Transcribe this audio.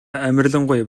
амарлингуй